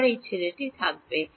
আমার এই ছেলেটি থাকবে